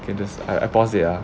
is is I pause it